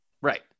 Right